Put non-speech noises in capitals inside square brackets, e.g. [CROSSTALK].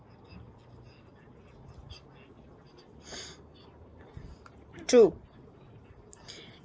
[BREATH] true